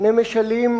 שני משלים,